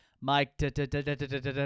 Mike